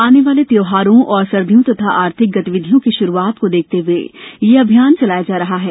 आने वाले त्यौहारों और सर्दियों तथा आर्थिक गतिविधियों की शुरुआत को देखते हुए यह अभियान चलाया जा रहा है